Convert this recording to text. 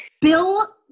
Bill